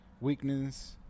weakness